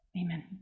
Amen